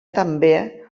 també